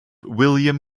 william